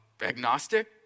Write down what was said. agnostic